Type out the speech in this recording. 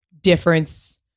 difference